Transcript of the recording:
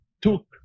took